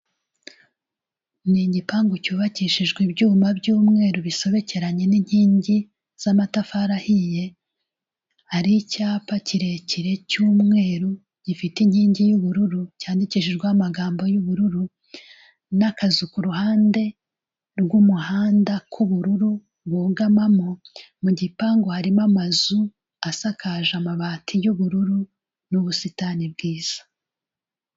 Ni igipangu cyubakishijwe ibyuma by'umweru bisobekeranye n'inkingi z'amatafari ahiye, hari icyapa kirekire cy'umweru, gifite inkingi y'ubururu cyandikishijweho amagambo y'ubururu n'akazu ku ruhande rw'umuhanda k'ubururu bugamamo. Mu gipangu harimo amazu asakaje amabati y'ubururu n'ubusitani bwiza.